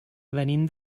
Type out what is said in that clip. venim